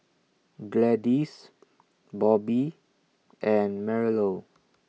Gladyce Bobby and Marilou